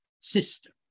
system